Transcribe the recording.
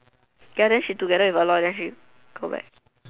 ya then she together with Aloy then she go back